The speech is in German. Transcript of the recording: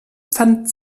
pfand